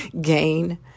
gain